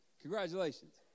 Congratulations